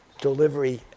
delivery